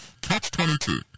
catch-22